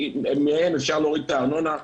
מהם אפשר להוריד את הארנונה,